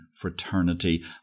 fraternity